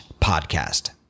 podcast